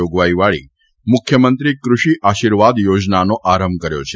જાગવાઈવાળી મુખ્યમંત્રી કૃષિ આશીર્વાદ યોજનાનો આરંભ કર્યો છે